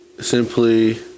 Simply